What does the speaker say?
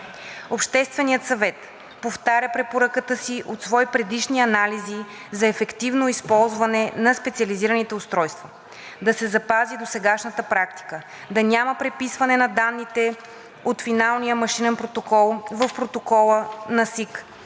Общественият съвет повтаря препоръката си от свои предишни анализи за ефективно използване на специализираните устройства, да се запази досегашната практика да няма преписване на данните от финалния машинен протокол в протокола на СИК,